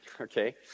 Okay